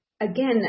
again